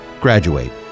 graduate